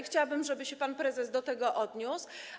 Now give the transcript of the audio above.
Chciałabym, żeby się pan prezes do tego odniósł.